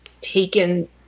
taken